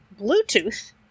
Bluetooth